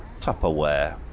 Tupperware